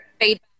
feedback